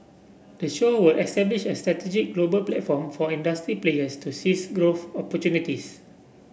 the show will establish a strategic global platform for industry players to seize growth opportunities